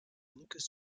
lucas